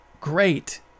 great